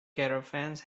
caravans